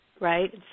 right